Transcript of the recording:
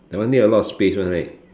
that one need a lot of space [one] right